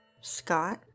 Scott